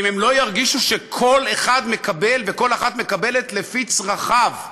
אם הם לא ירגישו שכל אחד מקבל וכל אחת מקבלת לפי צרכיו.